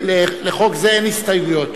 לחוק זה אין הסתייגויות,